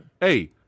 Hey